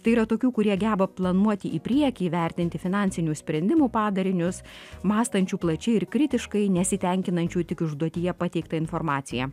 tai yra tokių kurie geba planuoti į priekį įvertinti finansinių sprendimų padarinius mąstančių plačiai ir kritiškai nesitenkinančių tik užduotyje pateikta informacija